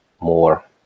more